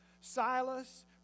Silas